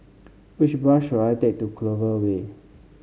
which bus should I take to Clover Way